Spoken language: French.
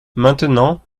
maintenant